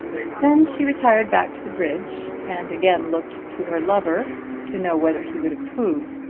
then she retired back to the bridge and again looked to her lover to know whether he would approve.